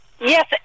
Yes